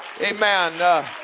Amen